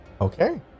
Okay